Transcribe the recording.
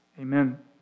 Amen